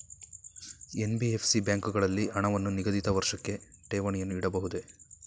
NBFC ಬ್ಯಾಂಕುಗಳಲ್ಲಿ ಹಣವನ್ನು ನಿಗದಿತ ವರ್ಷಕ್ಕೆ ಠೇವಣಿಯನ್ನು ಇಡಬಹುದೇ?